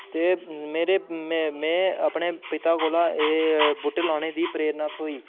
ते मेरे में अपने पिता कोला एह् बूह्टे लाने दी प्रेरणा थ्होई